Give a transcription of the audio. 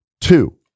two